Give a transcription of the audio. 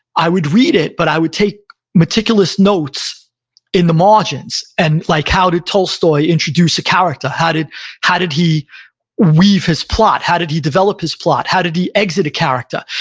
i would read it, but i would take meticulous notes in the margins, and like how did tolstoy introduce a character? how did how did he weave his plot? how did he develop his plot? how did he exit a character?